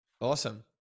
awesome